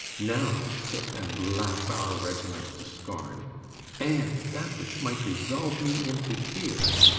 now sit and laugh our regiment to scorn and that which might resolve me into tears,